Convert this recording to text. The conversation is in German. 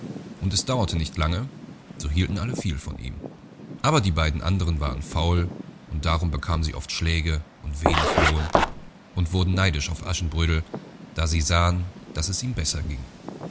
und es dauerte nicht lange so hielten alle viel von ihm aber die beiden andern waren faul und darum bekamen sie oft schläge und wenig lohn und wurden nun neidisch auf aschenbrödel da sie sahen daß es ihm besser ging